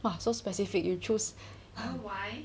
!wah! so specific you choose